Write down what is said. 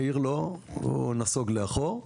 מעיר לו, הוא נסוג לאחור.